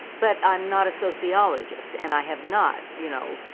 but i'm not a sociologist and i have not, you know,